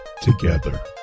together